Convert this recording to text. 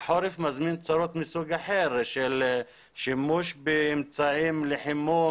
החורף מזמין צרות מסוג אחר של שימוש באמצעים לחימום.